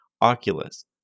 Oculus